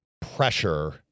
pressure